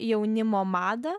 jaunimo madą